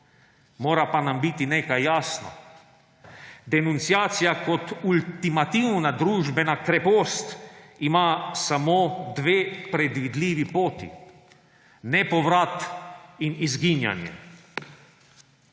Mora pa nam biti nekaj jasno. Denunciacija kot ultimativna družbena krepost ima samo dve predvidljivi poti – nepovrat in izginjanje.